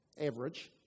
average